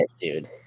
dude